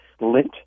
lint